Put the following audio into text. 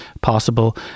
possible